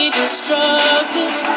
destructive